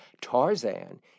Tarzan